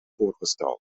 voorgesteld